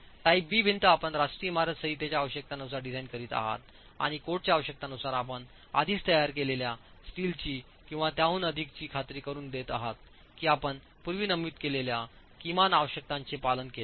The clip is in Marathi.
टाईप बी भिंत आपण राष्ट्रीय इमारत संहितेच्या आवश्यकतानुसार डिझाइन करीत आहात आणि कोडच्या आवश्यकतानुसार आपण आधीच तयार केलेल्या स्टीलची किंवा त्याहून अधिकची खात्री करुन देत आहात की आपण पूर्वी नमूद केलेल्या किमान आवश्यकतांचे पालन केले आहे